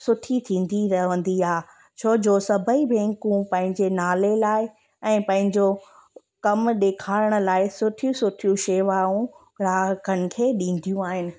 सुठी थींदी रहंदी आहे छो जो सभई बैंकूं पंहिंजे नाले लाइ ऐं पंहिंजो कमु ॾेखारण लाइ सुठियूं सुठियूं शेवाऊं ग्राहकनि खे ॾींदियूं आहिनि